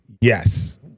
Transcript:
Yes